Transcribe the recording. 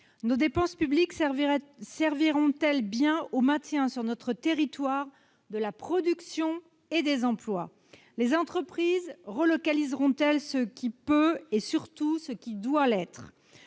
Nos dépenses publiques serviront-elles bien au maintien sur notre territoire de la production et des emplois ? Les entreprises relocaliseront-elles ce qui peut et surtout ce qui doit l'être ?